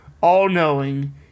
all-knowing